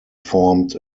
formed